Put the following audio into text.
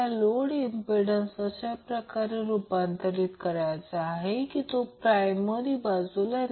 तर आपल्याला फक्त मग्नित्यूडमध्ये रस आहे म्हणून हे प्रत्यक्षात 40 सोबत गुणाकार होईल फक्त ते तपासा आणि √5 2 31